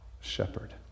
shepherd